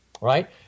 right